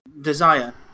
Desire